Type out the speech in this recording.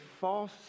false